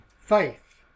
Faith